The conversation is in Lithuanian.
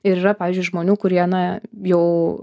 ir yra pavyzdžiui žmonių kurie na jau